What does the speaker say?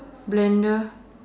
blender